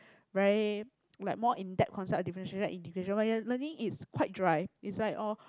really like more in depth concept like differentiation and integration while you are learning is quite dry is like all